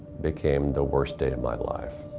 became the worst day of my life.